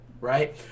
right